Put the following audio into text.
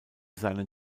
seinen